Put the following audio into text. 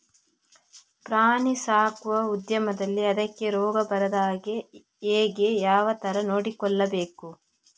ಪ್ರಾಣಿ ಸಾಕುವ ಉದ್ಯಮದಲ್ಲಿ ಅದಕ್ಕೆ ರೋಗ ಬಾರದ ಹಾಗೆ ಹೇಗೆ ಯಾವ ತರ ನೋಡಿಕೊಳ್ಳಬೇಕು?